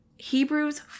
Hebrews